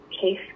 case